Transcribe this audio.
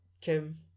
Kim